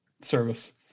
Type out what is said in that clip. service